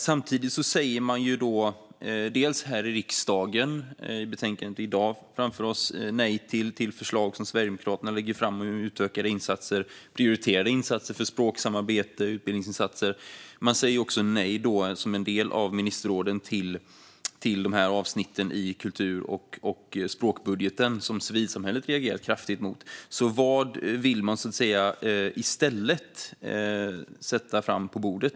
Samtidigt säger man från riksdagen, i betänkandet, nej till förslag som Sverigedemokraterna lägger fram om att utöka och prioritera insatser för språksamarbete och utbildningsinsatser. Delar av ministerråden säger också nej till avsnitten i kultur och språkbudgeten, vilket civilsamhället har reagerat kraftigt mot. Vad vill man så att säga i stället sätta fram på bordet?